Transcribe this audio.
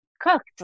cooked